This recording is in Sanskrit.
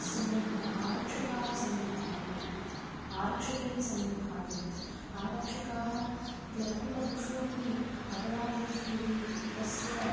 सम्यक् भा आरक्षकाः सम्यक् भाव्याः आरक्षकैः सम्यग्भाव्यम् आरक्षकाः लघु लघुषु अपि अपराधेषु यदि तस्य